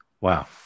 Wow